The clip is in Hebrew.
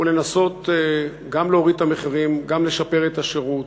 ולנסות גם להוריד את המחירים, גם לשפר את השירות.